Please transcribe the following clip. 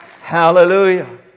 Hallelujah